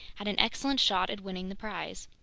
had an excellent shot at winning the prize.